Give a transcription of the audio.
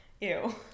Ew